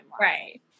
right